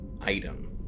item